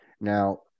Now